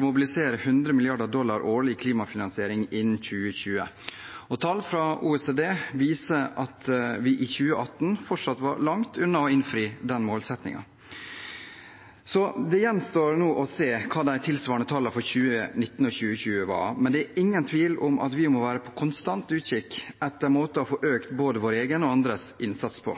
mobilisere 100 mrd. dollar i årlig klimafinansiering innen 2020. Tall fra OECD viser at vi i 2018 fortsatt var langt unna å innfri den målsettingen. Det gjenstår å se hva de tilsvarende tallene for 2019 og 2020 var, men det er ingen tvil om at vi må være på konstant utkikk etter måter å få økt både vår egen og andres innsats på.